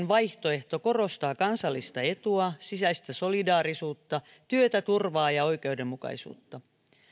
vaihtoehto korostaa kansallista etua sisäistä solidaarisuutta työtä turvaa ja oikeudenmukaisuutta